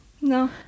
No